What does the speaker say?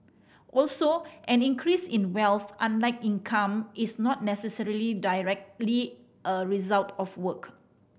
also an increase in wealth unlike income is not necessarily directly a result of work